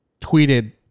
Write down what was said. tweeted